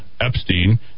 Epstein